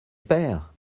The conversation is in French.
père